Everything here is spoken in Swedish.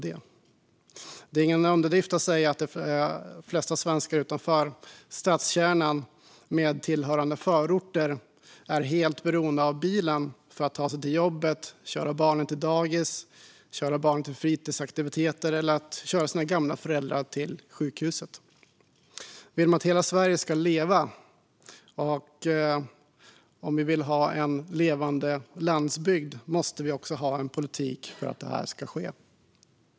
Det är ingen underdrift att säga att de flesta svenskar utanför stadskärnan med tillhörande förorter är helt beroende av bilen för att ta sig till jobbet, köra barnen till dagis, köra barnen till fritidsaktiviteter eller att köra sina gamla föräldrar till sjukhuset. Om man vill att hela Sverige ska leva, om vi vill ha en levande landsbygd, måste vi också ha en politik för att det ska ske.